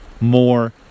More